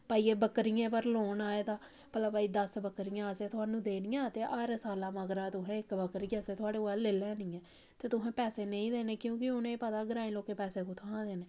भाई एह् बक्करियें पर लोन आए दा भला भाई दस बक्करियां असें थुआनूं देनियां ते हर साल्ला मगरा तुसें इक बक्करी गी असें थुआढ़े कोला लेई लैनी ऐ ते तुसें पैसे नेईं देने क्योंकि उ'नें ई पता कि ग्राईं लोकें पैसे कु'त्थुआं देने